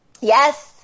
Yes